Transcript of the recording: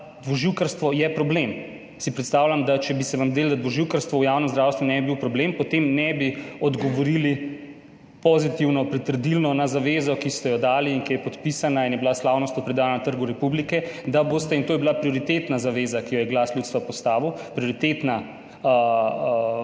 je dvoživkarstvo problem. Predstavljam si, da če bi se vam zdelo, da dvoživkarstvo v javnem zdravstvu ni problem, potem ne bi odgovorili pozitivno, pritrdilno na zavezo, ki ste jo dali in ki je podpisana in je bila slavnostno predana na Trgu republike, da boste, in to je bila prioritetna zaveza, ki jo je Glas ljudstva postavil, prioritetno